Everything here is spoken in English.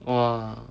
!wah!